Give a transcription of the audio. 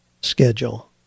schedule